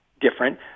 different